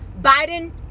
Biden